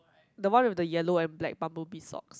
the one with the yellow and black bumblebee sock